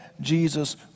Jesus